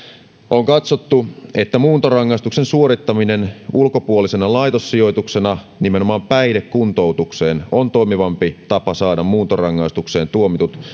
on katsottu että muuntorangaistuksen suorittaminen ulkopuolisena laitossijoituksena nimenomaan päihdekuntoutukseen on toimivampi tapa saada muuntorangaistukseen tuomitut